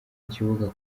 kibuga